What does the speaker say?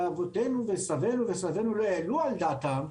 אבותינו וסבינו לא העלו על דעתם,